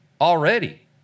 already